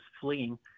fleeing